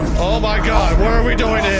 oh my god what are we doing